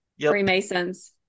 freemasons